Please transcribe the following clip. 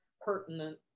pertinent